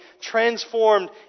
transformed